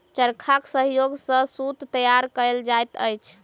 चरखाक सहयोग सॅ सूत तैयार कयल जाइत अछि